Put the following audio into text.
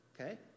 okay